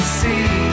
see